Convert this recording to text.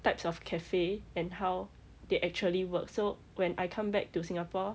types of cafe and how they actually work so when I come back to singapore